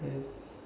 test